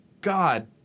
God